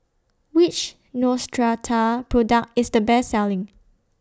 Which Neostrata Product IS The Best Selling